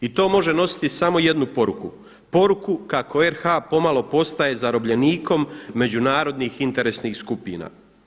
I to može nositi samo jednu poruku, poruku kako RH pomalo postaje zarobljenikom međunarodnih interesnih skupina.